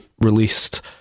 released